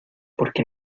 porque